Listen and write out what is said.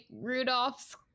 Rudolph's